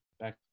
Back